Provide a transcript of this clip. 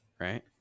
Right